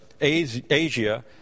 Asia